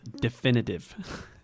definitive